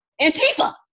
Antifa